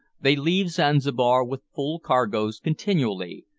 they leave zanzibar with full cargoes continually,